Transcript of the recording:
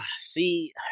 See